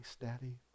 daddy